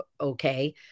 okay